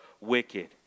wicked